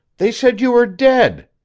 they said you were dead,